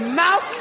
mouth